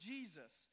Jesus